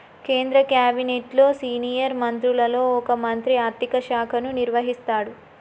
కేంద్ర క్యాబినెట్లో సీనియర్ మంత్రులలో ఒక మంత్రి ఆర్థిక శాఖను నిర్వహిస్తాడు